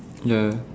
ya